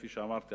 כפי שאמרתי,